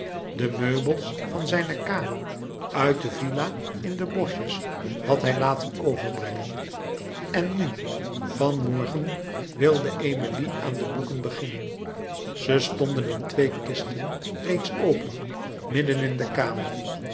de meubels van zijne kamer uit de villa in de boschjes had hij laten overbrengen en nu van morgen wilde emilie aan de boeken beginnen ze stonden in twee kisten reeds open midden in de kamer